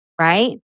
right